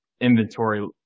inventory